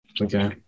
okay